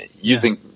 using